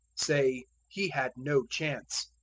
say, he had no chance.